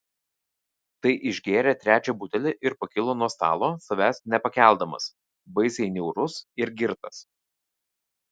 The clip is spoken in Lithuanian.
tai išgėrė trečią butelį ir pakilo nuo stalo savęs nepakeldamas baisiai niaurus ir girtas